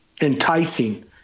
enticing